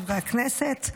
חברי הכנסת,